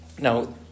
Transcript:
Now